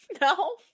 No